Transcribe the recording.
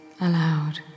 aloud